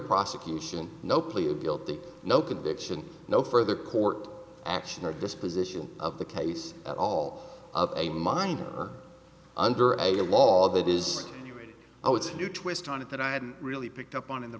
prosecution no plea of guilty no conviction no further court action or disposition of the case at all of a minor under a law that is oh it's a new twist on it that i hadn't really picked up on in the